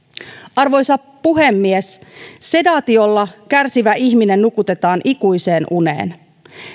arvoisa puhemies sedaatiolla kärsivä ihminen nukutetaan ikuiseen uneen